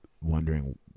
wondering